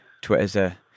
Twitter